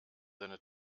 seine